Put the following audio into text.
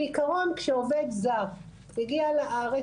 בעקרון כשעובד זר הגיע לארץ,